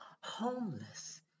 homeless